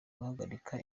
guhagarika